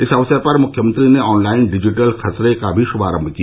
इस अवसर पर मुख्यमंत्री ने ऑनलाइन डिजिटल खसरे का भी शुभारंभ किया